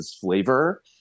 flavor